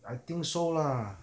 I think so lah